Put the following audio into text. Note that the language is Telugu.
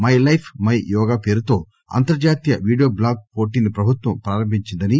మై లైఫ్ మై యోగా పేరుతో అంతర్జాతీయ వీడియో బ్లాగ్ పోటీని ప్రభుత్వం ప్రారంభించిందని